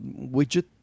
widget